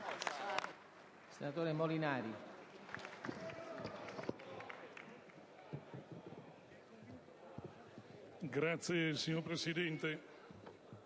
ringrazio, signor Presidente.